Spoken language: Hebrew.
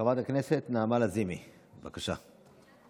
חברת הכנסת נעמה לזימי, בבקשה.